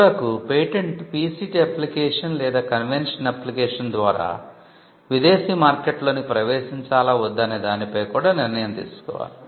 చివరకు patent PCT application లేదా convention application ద్వారా విదేశీ మార్కెట్లలోకి ప్రవేశించాలా వద్దా అనే దానిపై కూడా నిర్ణయం తీసుకోవాలి